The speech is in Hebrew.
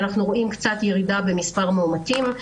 אנחנו רואים קצת ירידה במספר המאומתים,